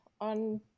on